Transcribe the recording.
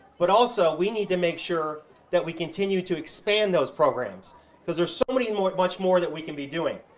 but also, we need to make sure that we continue to expand those programs cause there's so much more much more that we can be doing,